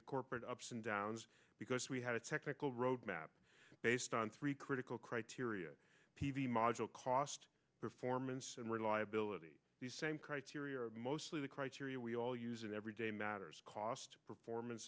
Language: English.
the corporate ups and downs because we had a technical roadmap based on three critical criteria module cost performance and reliability the same criteria are mostly the criteria we all use in everyday matters cost performance